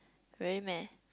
really meh